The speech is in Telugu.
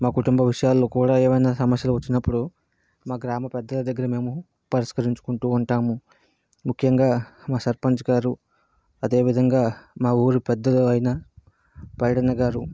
మా కుటుంబ విషయాల్లో కూడా ఏవైనా సమస్యలు వచ్చినప్పుడు మా గ్రామ పెద్దల దగ్గర మేము పరిష్కరించుకుంటూ ఉంటాము ముఖ్యంగా మా సర్పంచ్గారు అదేవిధంగా మా ఊరు పెద్దలయిన పైడన్న గారు